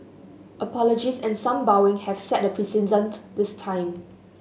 apologies and some bowing have set the precedent this time